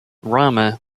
rama